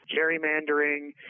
gerrymandering